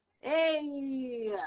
Hey